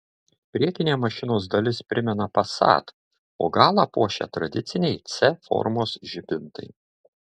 priekinė mašinos dalis primena passat o galą puošia tradiciniai c formos žibintai